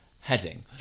heading